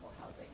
housing